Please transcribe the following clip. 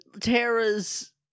Tara's